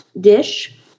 dish